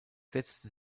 setzte